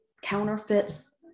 counterfeits